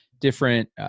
different –